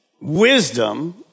wisdom